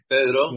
Pedro